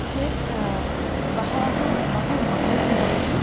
चेत् बहवः बहु मङ्गलं भवति